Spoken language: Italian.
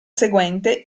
seguente